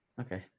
Okay